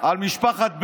על משפחת בנט,